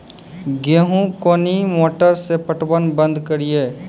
गेहूँ कोनी मोटर से पटवन बंद करिए?